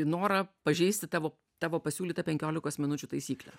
norą pažeisti tavo tavo pasiūlytą penkiolikos minučių taisyklę